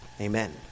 Amen